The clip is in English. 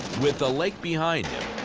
with the lake behind him,